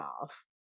off